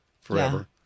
forever